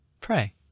pray